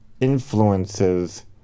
influences